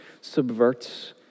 subverts